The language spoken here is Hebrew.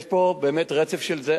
יש פה באמת רצף של זה.